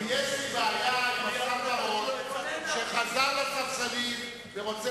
ויש לי בעיה עם השר בר-און שחזר לספסלים ורוצה